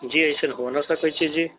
जी ऐसन हो न सकै छै जी